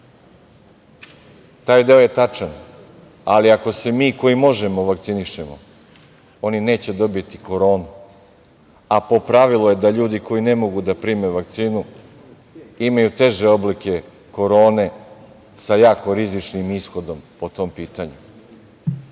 Taj deo je tačan, ali ako se mi koji možemo vakcinišemo oni neće dobiti koronu, a po pravilu je da ljudi koji ne mogu da prime vakcinu imaju teže oblike korone sa jako rizičnim ishodom po tom